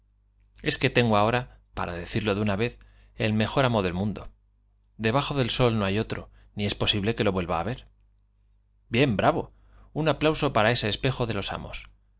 es que tengo ahora para decirlo de una vez el mejor amo del mundo debajo del sol no hay otro ni es posible que lo vuelva á haber espejo de j bien bravo un aplauso para ese los amos